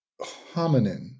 hominin